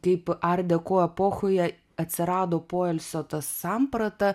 kaip ardeko epochoje atsirado poilsio ta samprata